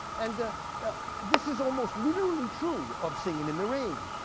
and this is almost literally true of singin' in the rain.